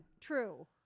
True